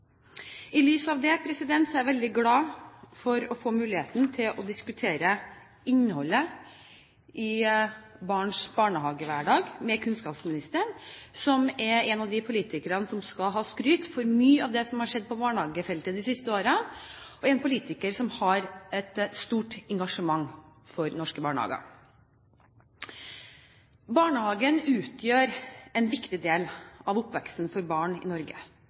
I lys av det er jeg veldig glad for å få muligheten til å diskutere innholdet i barns barnehagehverdag med kunnskapsministeren, som er en av de politikerne som skal ha skryt for mye av det som har skjedd på barnehagefeltet de siste årene, en politiker som har et stort engasjement for norske barnehager. Barnehagen utgjør en viktig del av oppveksten for barn i Norge.